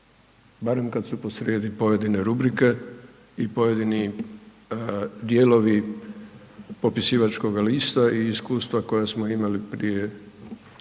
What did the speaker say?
barem kad su posrijedi pojedine rubrike i pojedini dijelovi popisivačkoga lista i iskustva koja smo imali prije nepunih